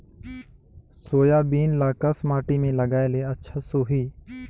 Soybean ल कस माटी मे लगाय ले अच्छा सोही?